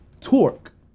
torque